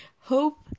hope